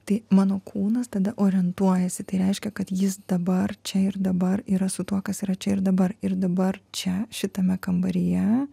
tai mano kūnas tada orientuojasi tai reiškia kad jis dabar čia ir dabar yra su tuo kas yra čia ir dabar ir dabar čia šitame kambaryje